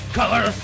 color